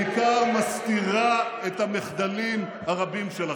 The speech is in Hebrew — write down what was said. בעיקר מסתירה את המחדלים הרבים שלכם.